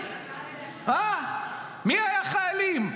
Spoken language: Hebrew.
מי היו חיילים?